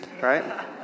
Right